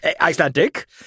Icelandic